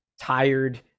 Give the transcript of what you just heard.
tired